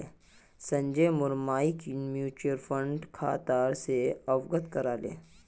संजय मोर मइक म्यूचुअल फंडेर खतरा स अवगत करा ले